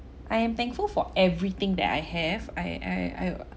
I am thankful for everything that I have I I I